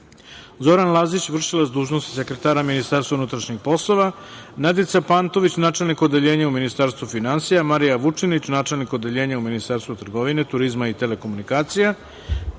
Zoran Lazić, vršilac dužnosti sekretara Ministarstva unutrašnjih poslova, Nadica Pantović, načelnik Odeljenja u Ministarstvu finansija, Marija Vučinić, načelnik Odeljenja u Ministarstvu trgovine, turizma i telekomunikacija,